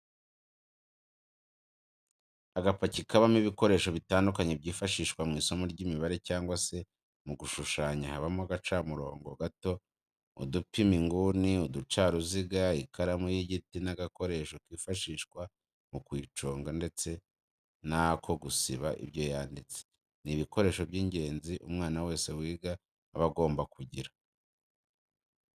Agapaki kabamo ibikoresho bitandukanye byifashishwa mw'isomo ry'imibare cyangwa se mu gushushanya habamo agacamurongo gato, udupima inguni, uducaruziga ,ikaramu y'igiti n'agakoresho kifashishwa mu kuyiconga ndetse n'ako gusiba ibyo yanditse, ni ibikoresho by'ingenzi umwana wese wiga aba agomba kugira.